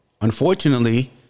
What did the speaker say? unfortunately